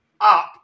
up